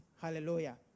Hallelujah